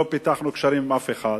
לא פיתחנו קשרים עם אף אחד,